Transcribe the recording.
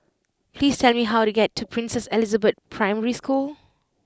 please tell me how to get to Princess Elizabeth Primary School